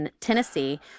Tennessee